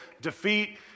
defeat